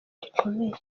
rikomeye